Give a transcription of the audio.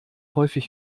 häufig